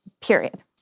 period